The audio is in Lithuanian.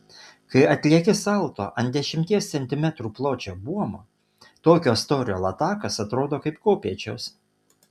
kai atlieki salto ant dešimties centimetrų pločio buomo tokio storio latakas atrodo kaip kopėčios